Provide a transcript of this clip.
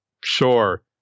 sure